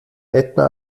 ätna